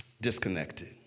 disconnected